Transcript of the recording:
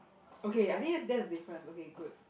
okay I think that's the difference okay good